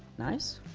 nice.